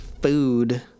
food